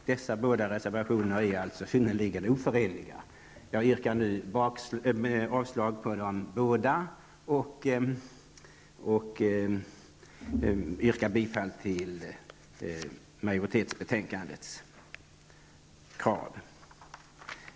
Dessa båda reservationer är alltså synnerligen oförenliga. Jag yrkar nu avslag på dem och bifall till majoritetens hemställan i betänkandet.